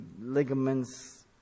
ligaments